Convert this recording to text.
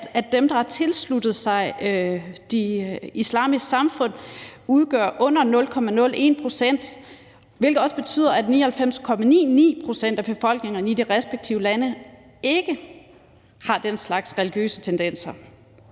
at dem, der har tilsluttet sig Islamisk Stat, udgør under 0,01 pct., hvilket også betyder, at 99,99 pct. af befolkningerne i de respektive lande ikke har den slags religiøse tendenser.